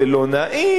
זה לא נעים,